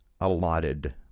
allotted